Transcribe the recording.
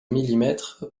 millimètres